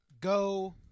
go